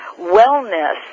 wellness